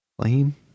Claim